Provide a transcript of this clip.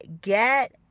get